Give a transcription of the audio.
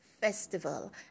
Festival